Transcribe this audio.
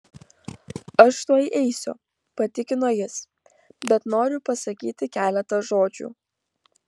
aš tuoj eisiu patikino jis bet noriu pasakyti keletą žodžių